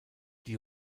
die